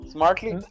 Smartly